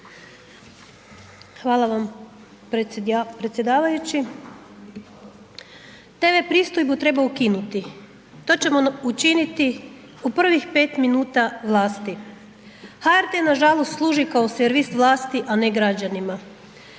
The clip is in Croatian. Hvala vam predsjedavajući. Tv pristojbu treba ukinuti, to ćemo učiniti u prvi 5 minuta vlasti. HRT nažalost služi kao servis vlasti, a ne građanima.